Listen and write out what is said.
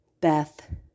Beth